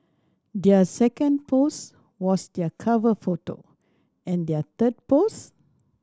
their second post was their cover photo and their third post